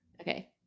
Okay